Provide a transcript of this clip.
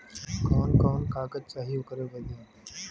कवन कवन कागज चाही ओकर बदे?